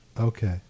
Okay